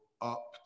up